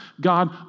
God